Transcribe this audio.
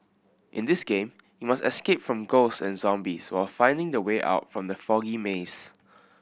in this game you must escape from ghosts and zombies while finding the way out from the foggy maze